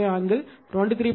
15 angle 23